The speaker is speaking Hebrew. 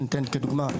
לדוגמה,